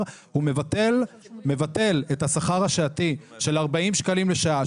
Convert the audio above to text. הוא מבטל את השכר השעתי של 40 שקלים לשעה,